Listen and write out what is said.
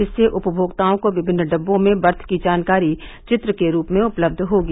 इससे उपभोक्ताओं को विभिन्न डिब्बों में बर्थ की जानकारी चित्र के रूप में उपलब्ब होगी